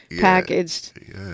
packaged